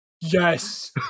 Yes